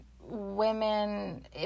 women